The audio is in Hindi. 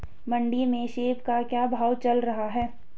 मंडी में सेब का क्या भाव चल रहा है?